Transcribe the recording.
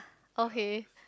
okay